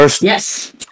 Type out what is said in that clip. Yes